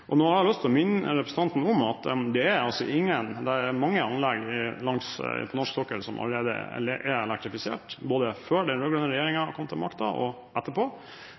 Nå har jeg lyst til å minne representanten om at det er mange anlegg på norsk sokkel som allerede er elektrifisert, både før den rød-grønne regjeringen kom til makta, og etterpå.